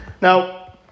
Now